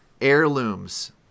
heirlooms